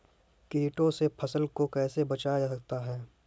कीटों से फसल को कैसे बचाया जा सकता है?